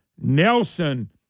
Nelson